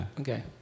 Okay